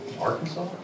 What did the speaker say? Arkansas